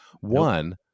one